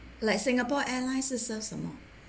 like singapore airlines 是 serve 什么